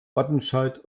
wattenscheid